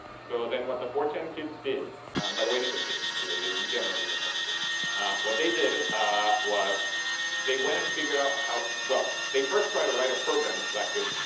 so then what the four chan kids did by the way, these are kids, really. in general, these are mostly kids what they did was they went and figured out how well, they first tried to write a program that could